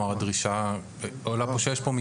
למשל,